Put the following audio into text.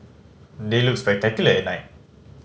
they look spectacular at night